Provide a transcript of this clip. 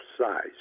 size